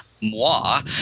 moi